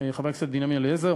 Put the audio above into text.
חברי הכנסת בנימין בן-אליעזר,